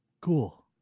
Cool